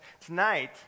tonight